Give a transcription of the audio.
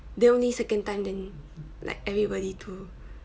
then only second time then like everybody do